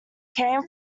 came